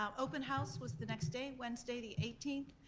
um open house was the next day, wednesday the eighteenth,